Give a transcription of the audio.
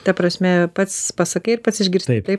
ta prasme pats pasakai ir pats išgirsti taip